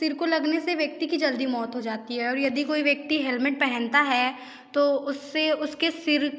सिर को लगने से व्यक्ति की जल्दी मौत हो जाती है और यदि कोई व्यक्ति हेलमेट पहनता है तो उससे उसके सिर